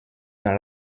dans